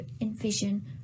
envision